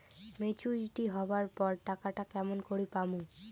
Maturity হবার পর টাকাটা কেমন করি পামু?